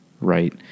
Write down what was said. right